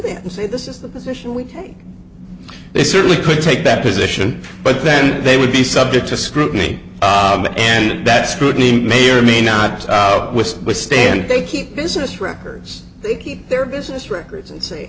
that and say this is the position we came they certainly could take that position but then they would be subject to scrutiny and that scrutiny may or may not sour with withstand they keep business records they keep their business records and s